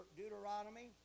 Deuteronomy